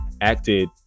acted